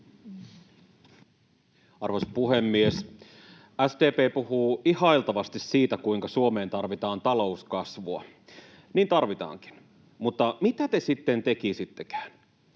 Arvoisa puhemies! SDP puhuu ihailtavasti siitä, kuinka Suomeen tarvitaan talouskasvua. Niin tarvitaankin. Mutta mitä te sitten tekisittekään?